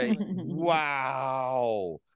wow